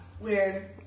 Weird